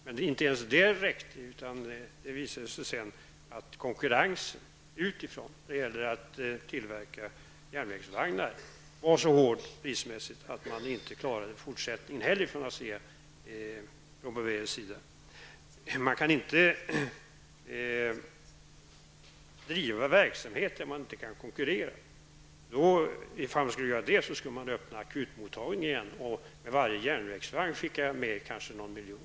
Men inte ens det har räckt, utan det visade sig sedan att konkurrensen utifrån när det gäller att tillverka järnvägsvagnar var så hård prismässigt att man från Asea Brown Boveris sida inte klarade fortsättningen heller. Man kan inte driva verksamhet där man inte kan konkurrera. Om man skulle göra det skulle man få lov att öppna akutmottagning igen och för varje järnvägsvagn skicka med kanske någon miljon.